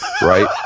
Right